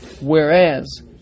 Whereas